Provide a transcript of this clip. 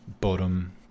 Bottom